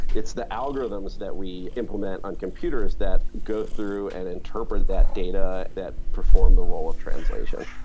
it's the algorithms that we implement on computers that go through and interpret that data, that perform the role of translation.